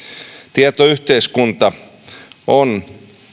tietoyhteiskunta on